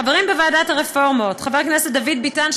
חברים בוועדת הרפורמות: חבר הכנסת דוד ביטן,